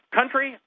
Country